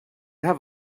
have